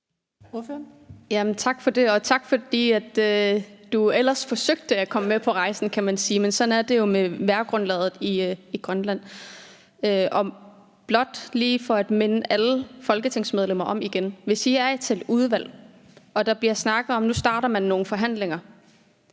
Tak for det, og tak, fordi du ellers forsøgte at komme med på rejsen, kan man sige, men sådan er det jo med vejrforholdene i Grønland. Blot lige for at minde alle folketingsmedlemmer om noget igen vil jeg sige: Hvis I er til et udvalgsmøde og der bliver snakket om, at man nu starter nogle forhandlinger,